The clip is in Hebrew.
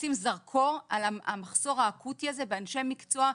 לשים זרקור על המחסור האקוטי הזה באנשי מקצוע,